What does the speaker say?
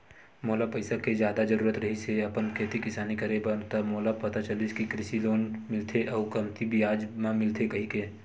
मोला पइसा के जादा जरुरत रिहिस हे अपन खेती किसानी करे बर त मोला पता चलिस कि कृषि लोन मिलथे अउ कमती बियाज म मिलथे कहिके